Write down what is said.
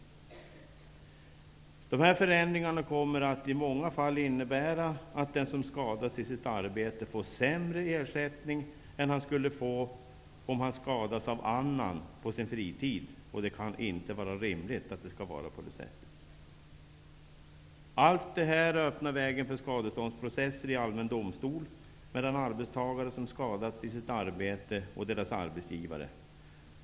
Dessa förändringar kommer i många fall att innebära att den som skadas i sitt arbete får sämre ersättning än han skulle ha fått om han hade skadats av annan på sin fritid. Det kan inte vara rimligt att det skall vara på det sättet. Allt detta öpnar vägen för skadeståndsprocesser vid allmän domstol mellan arbetstagare som skadats i sitt arbete och deras arbetsgivare.